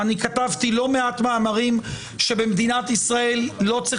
כתבתי לא מעט מאמרים שבמדינת ישראל לא צריך